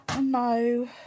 no